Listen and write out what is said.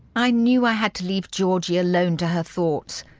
i knew i had to leave georgie alone to her thoughts,